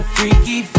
Freaky